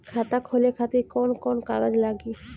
खाता खोले खातिर कौन कौन कागज लागी?